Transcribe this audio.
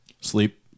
Sleep